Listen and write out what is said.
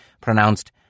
pronounced